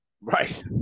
right